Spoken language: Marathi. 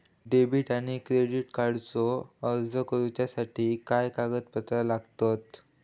डेबिट आणि क्रेडिट कार्डचो अर्ज करुच्यासाठी काय कागदपत्र लागतत?